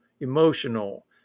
emotional